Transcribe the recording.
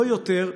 לא יותר,